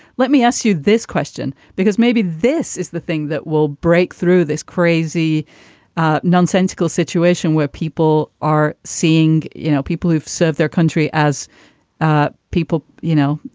let me ask you this question, because maybe this is the thing that will break through this crazy ah nonsensical situation where people are seeing, you know, people who've served their country as ah people, you know.